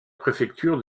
préfecture